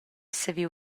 saviu